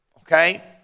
okay